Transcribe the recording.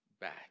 back